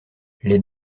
les